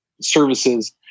services